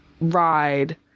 ride